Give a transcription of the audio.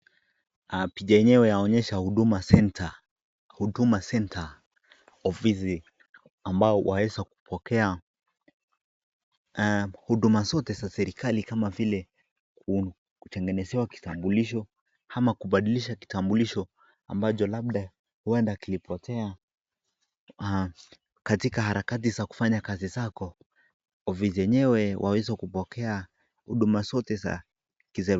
Picha yenyewe yaonyesha huduma center , huduma center ofisi ambayo waweza kupokea huduma zote za serikali kama vile kutengenezewa kitambulisho ama kubadilisha kitambulisho ambacho labda huenda kilipotea katika harakati za kufanya kazi zako. Ofisi yenyewe waweza kupokea huduma zote za kiserikali.